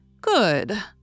Good